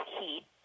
heat